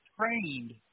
trained